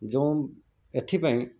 ଯେଉଁ ଏଥିପାଇଁ